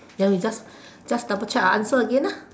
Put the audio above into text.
then we just just double check our answer again ah